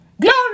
Glory